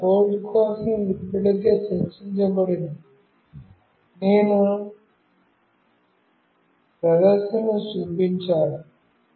దాని కోడ్ కోసం ఇప్పటికే చర్చించబడింది నేను ప్రదర్శనను చూపించాను